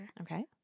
okay